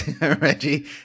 Reggie